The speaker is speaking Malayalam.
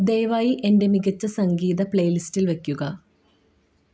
ദയവായി എൻ്റെ മികച്ച സംഗീത പ്ലേ ലിസ്റ്റ് വയ്ക്കുക